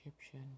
Egyptian